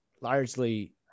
largely